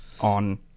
on